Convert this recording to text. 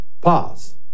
Pause